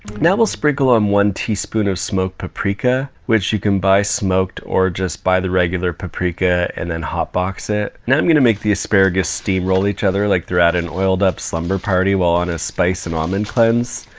now we'll sprinkle on one teaspoon of smoked paprika, which you can buy smoked, or just buy the regular paprika and then hotbox it. now i'm gonna make the asparagus steamroll each other like they're at an oiled up slumber party while on a spice and almond cleanse.